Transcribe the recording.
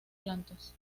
plantas